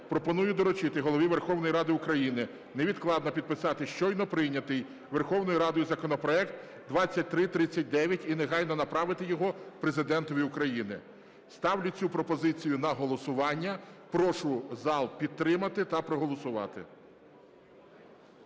пропоную доручити Голові Верховної Ради України невідкладно підписати щойно прийнятий Верховною Радою законопроект 2339 і негайно направити його Президентові України. Ставлю цю пропозицію на голосування, прошу зал підтримати та проголосувати.